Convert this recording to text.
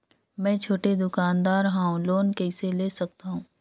मे छोटे दुकानदार हवं लोन कइसे ले सकथव?